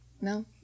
No